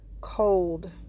cold